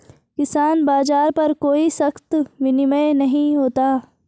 किसान बाज़ार पर कोई सख्त विनियम नहीं होता